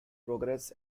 progress